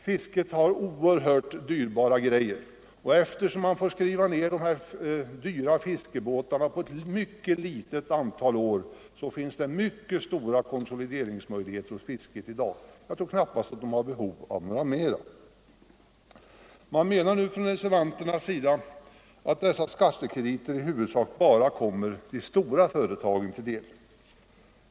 Fisket har oerhört dyrbar materiel, och eftersom man får skriva ner de dyra fiskebåtarna på ett mycket litet antal år finns det mycket goda konsolideringsmöjligheter också hos den näringen. Jag tror knappast att det finns behov av flera. Reservanterna anser att dessa skattekrediter i huvudsak bara kommer de stora företagen till del.